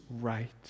right